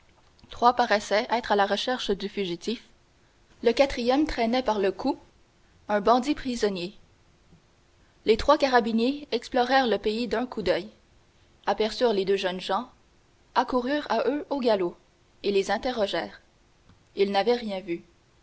trois paraissaient être à la recherche du fugitif le quatrième traînait par le cou un bandit prisonnier les trois carabiniers explorèrent le pays d'un coup d'oeil aperçurent les deux jeunes gens accoururent à eux au galop et les interrogèrent ils n'avaient rien vu